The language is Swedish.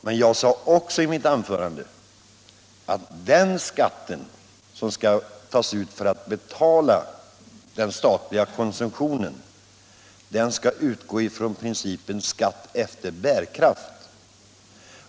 Men jag sade också i mitt anförande att den skatt som skall tas ut för att betala den statliga konsumtionen skall utgå enligt principen skatt efter bärkraft.